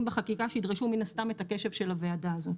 בחקיקה שידרשו מן הסתם את הקשב של הוועדה הזאת.